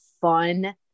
fun